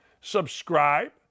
subscribe